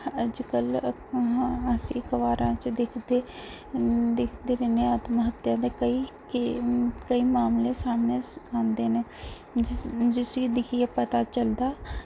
अज्जकल अस अखबारां ई दिक्खदे दिक्खदे रहने आं की आत्महत्या दे केईं मामले सामनै आंदे न जिसी दिक्खियै पता चलदा